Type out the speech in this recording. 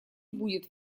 будет